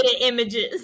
images